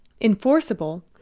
enforceable